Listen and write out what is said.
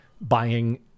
buying